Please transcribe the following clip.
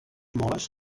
moles